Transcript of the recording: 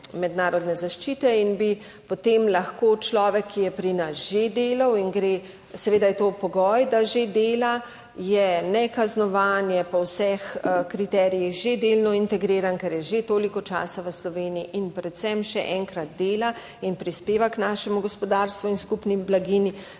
In bi potem lahko človek, ki je pri nas že delal in gre, seveda je to pogoj, da že dela, je nekaznovan po vseh kriterijih že delno integriran, ker je že toliko časa v Sloveniji in predvsem še enkrat dela in prispeva k našemu gospodarstvu in skupni blaginji,